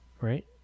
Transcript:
right